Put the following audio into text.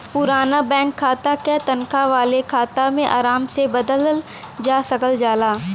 पुराना बैंक खाता क तनखा वाले खाता में आराम से बदलल जा सकल जाला